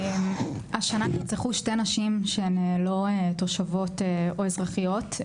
השנה נרצחו שתי נשים שהן לא תושבות או אזרחיות,